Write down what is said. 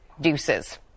Deuces